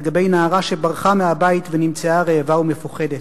לגבי נערה שברחה מהבית ונמצאה רעבה ומפוחדת.